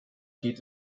geht